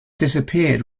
disappeared